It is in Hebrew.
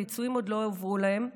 הפיצויים עוד לא הועברו להם,